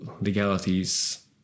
legalities